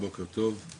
אני